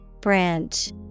Branch